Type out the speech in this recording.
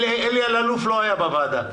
אלי אלאלוף לא היה בוועדה.